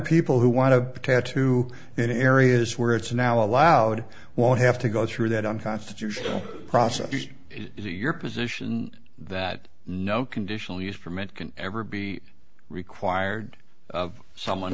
people who want to tattoo in areas where it's now allowed won't have to go through that unconstitutional process is it your position that no conditional use ferment can ever be required of someone